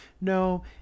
no